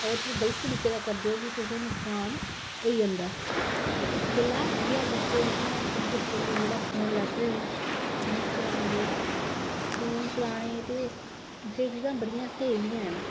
अगर तुस गल्त तरिके दा करदे हो ते तुसेगी नुक्सान होई जंदा ऐ ते इस गल्ला जियां बच्चे निक्के निक्के लिंगडे फोन लेते दे फोन चलांदे फोन चलाने ते किश चीजां बड़ियां स्हेई बी हैन